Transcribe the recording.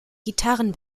gitarren